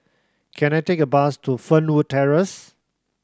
can I take a bus to Fernwood Terrace